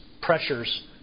pressures